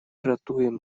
ратуем